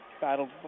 battled